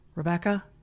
Rebecca